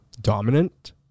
dominant